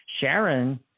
Sharon